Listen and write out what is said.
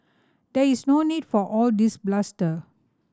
there is no need for all this bluster